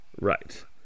Right